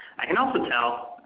i can also tell